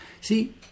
See